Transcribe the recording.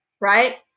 right